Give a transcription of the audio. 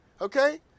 Okay